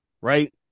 right